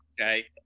okay